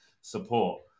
support